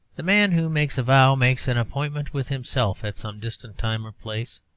the man who makes a vow makes an appointment with himself at some distant time or place.